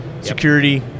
security